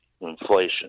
inflation